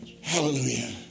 Hallelujah